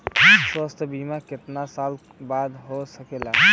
स्वास्थ्य बीमा कितना साल बदे हो सकेला?